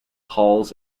halls